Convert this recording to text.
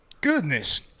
Goodness